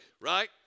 right